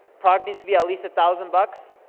product needs to be at least a thousand bucks.